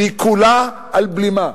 והיא כולה תלויה על בלימה.